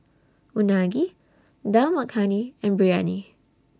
Unagi Dal Makhani and Biryani